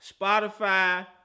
Spotify